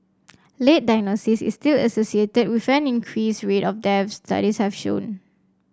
late diagnosis is still associated with an increased rate of deaths studies have shown